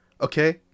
Okay